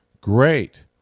Great